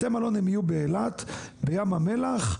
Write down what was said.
בתי מלון יהיו באילת, בים המלח,